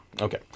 Okay